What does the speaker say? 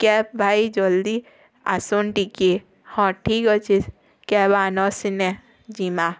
cab ଭାଇ ଜଲ୍ଦି ଆସନ୍ ଟିକେ ହଁ ଠିକ୍ ଅଛି କ୍ୟାବ୍ ନ ଆସିନେ ଯିଁମାଁ